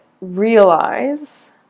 realize